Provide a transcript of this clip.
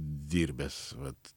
dirbęs vat